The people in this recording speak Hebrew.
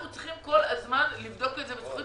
אנחנו צריכים כל הזמן לבדוק בזכוכית